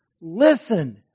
Listen